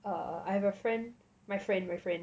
I have a friend my friend my friend